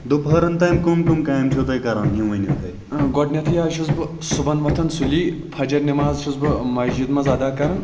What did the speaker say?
گۄڈٕنیٚتھٕے حظ چھُس بہٕ صُبحن وۄتھان سُلے فجر نماز چھُس بہٕ مَسجِد مَنٛز اَدا کَران